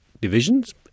divisions